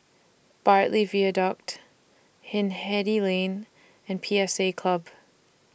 Bartley Viaduct Hindhede Lane and P S A Club